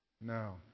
No